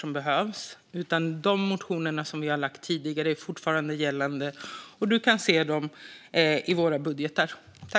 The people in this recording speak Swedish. Men våra tidigare motioner gäller fortfarande, och de går att se i våra budgetmotioner.